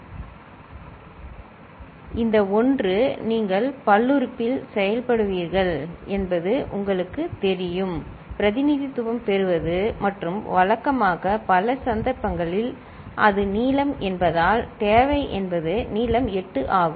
f 1 C1x1 C2x2 C3x3 C4x4 C5x5 C6x6 C7x7 C8x8 இந்த 1 நீங்கள் பல்லுறுப்புறுப்பில் செயல்படுவீர்கள் என்பது உங்களுக்குத் தெரியும் பிரதிநிதித்துவம் பெறுவது மற்றும் வழக்கமாக பல சந்தர்ப்பங்களில் அது நீளம் 8 என்பதால் தேவை என்பது நீளம் 8 ஆகும்